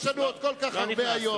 יש לנו עוד כל כך הרבה היום.